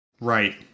Right